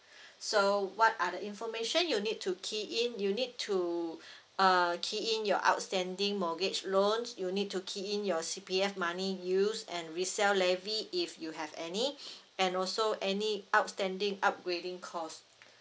so what are the information you need to key in you need to uh key in your outstanding mortgage loans you need to key in your C_P_F money use and resale levy if you have any and also any outstanding upgrading cost